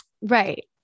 Right